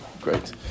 Great